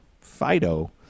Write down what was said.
Fido